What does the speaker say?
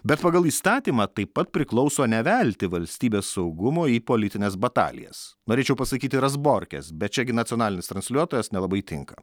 bet pagal įstatymą taip pat priklauso nevelti valstybės saugumo į politines batalijas norėčiau pasakyti razborkes bet čia gi nacionalinis transliuotojas nelabai tinka